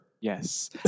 Yes